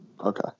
Okay